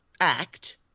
act